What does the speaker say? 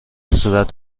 صورت